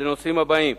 לנושאים הבאים: